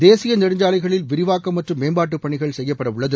தேசிய நெடுஞ்சாலைகளில் விரிவாக்கம் மற்றும் மேம்பாட்டு பணிகள் செய்யப்பட உள்ளது